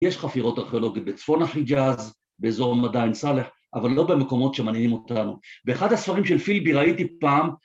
‫יש חפירות ארכיאולוגיות בצפון החיג'אז, ‫באזור מדען סלח, ‫אבל לא במקומות שמעניינים אותנו. ‫באחד הספרים של פילבי ראיתי פעם,